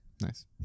Nice